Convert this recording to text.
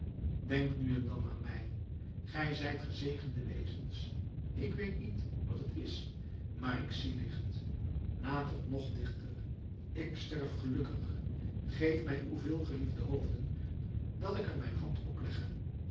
nu en dan aan mij gij zijt gezegende wezens ik weet niet wat het is maar ik zie licht nadert nog dichter ik sterf gelukkig geef mij uw veelgeliefde hoofden dat ik er mijn handen oplegge